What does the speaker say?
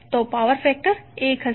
તો power factor 1 હશે